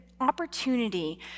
opportunity